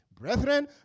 Brethren